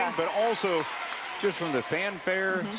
but also just from the fanfare.